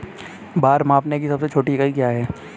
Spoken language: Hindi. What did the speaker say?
भार मापने की सबसे छोटी इकाई क्या है?